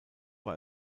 war